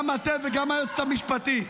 גם אתה וגם היועצת המשפטית.